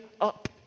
up